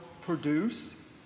produce